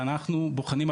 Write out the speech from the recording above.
ואנחנו בוחנים,